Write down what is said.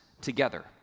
together